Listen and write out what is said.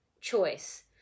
choice